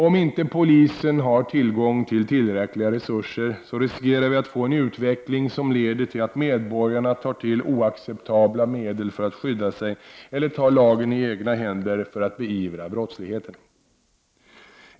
Om inte polisen har tillgång till tillräckliga resurser riskerar vi att få en utveckling som leder till att medborgarna tar till oacceptabla medel för att skydda sig eller tar lagen i egna händer för att beivra brottsligheten.